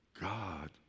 God